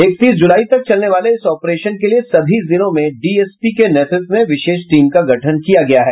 इकतीस जुलाई तक चलने वाले इस ऑपरेशन के लिए सभी जिलों में डीएसपी के नेतृत्व में विशेष टीम का गठन किया गया है